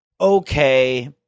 okay